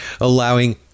allowing